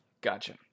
Gotcha